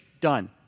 done